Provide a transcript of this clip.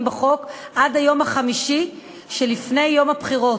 בחוק עד היום החמישי שלפני יום הבחירות.